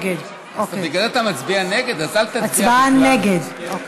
חבריי חברי הכנסת, אני